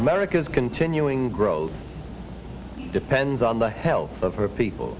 america's continuing growth depends on the health of our people